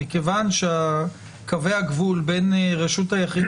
מכיוון שקווי הגבול בין רשות היחיד